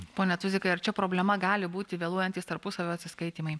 pone tuzikai ar čia problema gali būti vėluojantys tarpusavio atsiskaitymai